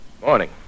Morning